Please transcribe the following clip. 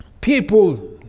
people